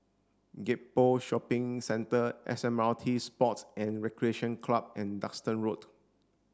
Gek Poh Shopping Centre S M R T Sports and Recreation Club and Duxton Road